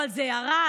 אבל זה ירד,